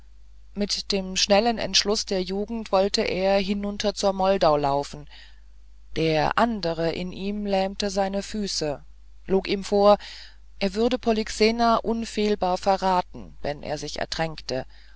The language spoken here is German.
mit dem schnellen entschluß der jugend wollte er hinunter zur moldau laufen der andere in ihm lähmte seine füße log ihm vor er würde polyxena unfehlbar verraten wenn er sich ertränkte